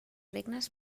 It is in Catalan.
regnes